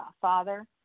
father